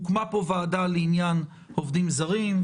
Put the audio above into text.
הוקמה פה ועדה לעניין עובדים זרים,